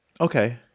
Okay